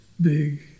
big